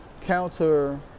counter